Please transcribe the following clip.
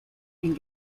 and